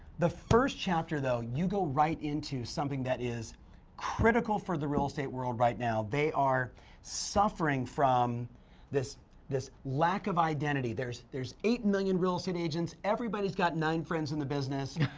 the first chapter though, you go right into something that is critical for the real estate world right now. they are suffering from this this lack of identity. there's there's eight million real estate agents, everybody's got nine friends in the business.